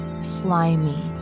slimy